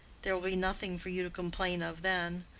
there will be nothing for you to complain of then.